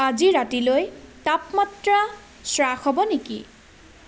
আজি ৰাতিলৈ তাপমাত্ৰা হ্ৰাস হ'ব নেকি